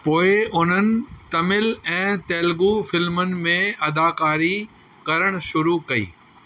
पोए उन्हनि तमिल ऐं तेलिगु फिल्मुनि में अदाकारी करणु शुरु कई